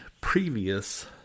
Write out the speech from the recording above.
previous